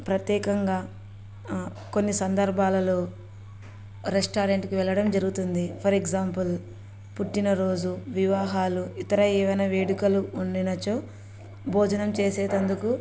ప్రత్యేకంగా కొన్ని సందర్భాలలో రెస్టారెంట్కి వెళ్ళడం జరుగుతుంది ఫర్ ఎగ్జాంపుల్ పుట్టినరోజు వివాహాలు ఇతర ఏవైనా వేడుకలు ఉండినచో భోజనం చేసేందుకు